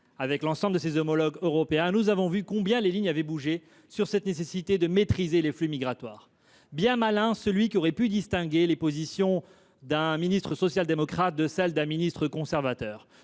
et l’ensemble de ses homologues européens, nous avons vu combien les lignes avaient bougé sur la nécessité de maîtriser les flux migratoires. Bien malin celui qui aurait pu distinguer les positions d’un ministre social démocrate de celles d’un ministre conservateur…